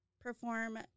perform